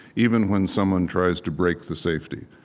even when someone tries to break the safety.